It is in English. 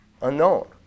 unknown